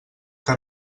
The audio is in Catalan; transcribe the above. que